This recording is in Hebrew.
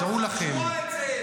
דעו לכם ----- לשמוע את זה.